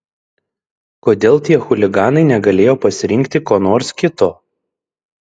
kodėl tie chuliganai negalėjo pasirinkti ko nors kito